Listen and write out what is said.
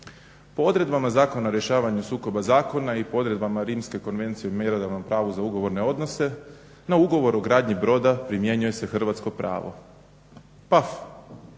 po odredbama zakona o rješavanju sukoba zakona i po odredbama Rimske konvencije u mjerodavnom pravu za ugovorne odnos, na ugovor o gradnji broda primjenjuje se hrvatsko pravo, paf